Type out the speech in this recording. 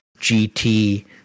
GT